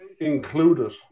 included